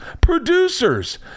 producers